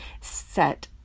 set